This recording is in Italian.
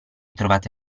trovate